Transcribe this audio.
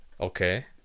Okay